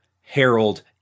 Harold